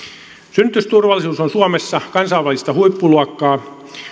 synnytysturvallisuus on suomessa kansainvälistä huippuluokkaa